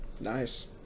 Nice